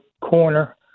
corner